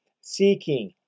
seeking